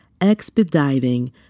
expediting